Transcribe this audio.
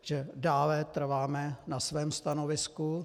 Že dále trváme na svém stanovisku.